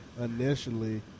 initially